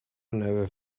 never